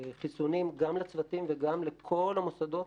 חיסונים גם לצוותים וגם לכל המוסדות,